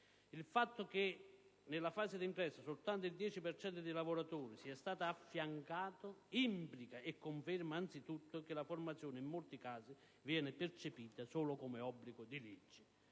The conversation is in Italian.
Il fatto che nella fase di ingresso soltanto il 10 per cento dei lavoratori sia stato affiancato implica e conferma, anzitutto, che la formazione in molti casi viene percepita solo come un obbligo di legge.